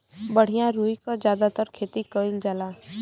बढ़िया रुई क जादातर खेती कईल जाला